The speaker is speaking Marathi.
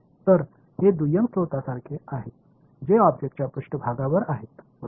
तर हे दुय्यम स्त्रोतांसारखे आहेत जे ऑब्जेक्टच्या पृष्ठभागावर आहेत बरोबर